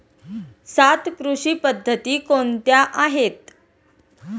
सात कृषी पद्धती कोणत्या आहेत?